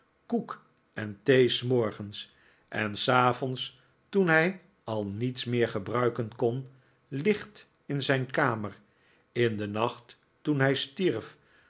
koek en thee s morgens en s avonds toen hij al niets meer gebruiken kon licht in zijn kamer in den nacht toen hij stierf